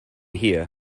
here